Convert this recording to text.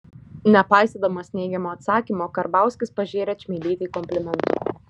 nepaisydamas neigiamo atsakymo karbauskis pažėrė čmilytei komplimentų